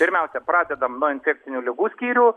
pirmiausia pradedam nuo infekcinių ligų skyrių